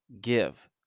give